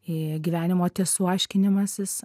gyvenimo tiesų aiškinimasis